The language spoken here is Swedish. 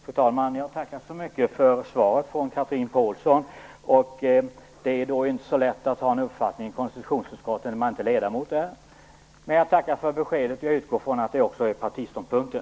Fru talman! Jag tackar så mycket för svaret från Chatrine Pålsson. Det är inte så lätt att ha en uppfattning i konstitutionsutskottet när man inte är ledamot där. Men jag tackar för beskedet, och jag utgår från att det också är partiståndpunkten.